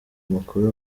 amakuru